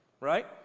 Right